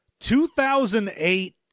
2008